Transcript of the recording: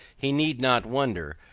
he need not wonder,